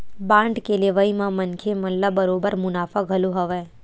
bond के लेवई म मनखे मन ल बरोबर मुनाफा घलो हवय